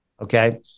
Okay